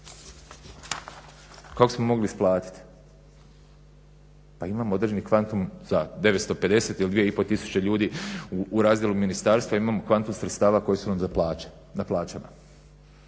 Kako smo mogli isplatiti? Pa imamo određeni kvantum za 950 ili 2500 ljudi u razdjelu ministarstva i imamo kvantum sredstava koji su nam za plaće,